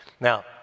Now